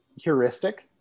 heuristic